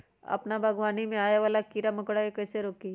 अपना बागवानी में आबे वाला किरा मकोरा के कईसे रोकी?